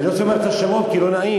אני לא רוצה לומר את השמות כי לא נעים